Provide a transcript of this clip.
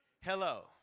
Hello